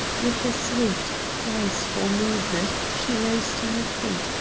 with a swift, graceful movement she rose to her feet,